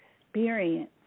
experience